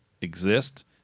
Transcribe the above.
exist